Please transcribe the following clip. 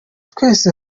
twese